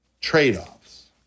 trade-offs